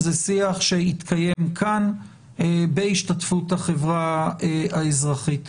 יתקיים בחדר הוועדה ובהשתתפות החברה האזרחית.